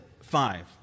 Five